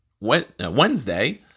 Wednesday